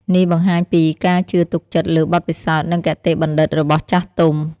នេះបង្ហាញពីការជឿទុកចិត្តលើបទពិសោធន៍ និងគតិបណ្ឌិតរបស់ចាស់ទុំ។